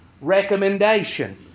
recommendation